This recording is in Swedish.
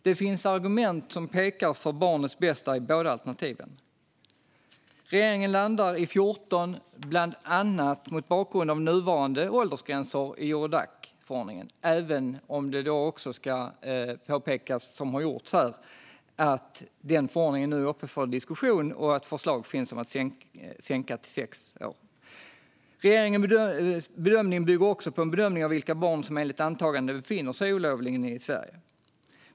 Det finns argument som pekar för barnets bästa i båda alternativen. Regeringen landar i 14 år bland annat mot bakgrund av nuvarande åldersgränser i Eurodacförordningen. Det ska påpekas, som har gjorts här, att den förordningen nu är uppe för diskussion och att förslag finns om att sänka åldern till 6 år. Regeringens bedömning bygger också på en bedömning av vilka barn som enligt antagande befinner sig olovligen i Sverige.